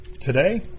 Today